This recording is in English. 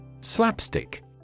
Slapstick